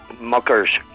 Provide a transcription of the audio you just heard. muckers